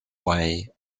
way